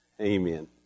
Amen